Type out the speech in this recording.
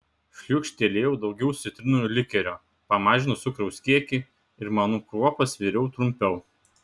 šliūkštelėjau daugiau citrinų likerio pamažinau cukraus kiekį ir manų kruopas viriau trumpiau